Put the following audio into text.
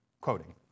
Quoting